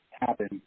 happen